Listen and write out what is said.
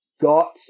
got